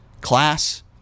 class